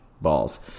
balls